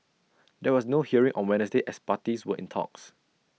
there was no hearing on Wednesday as parties were in talks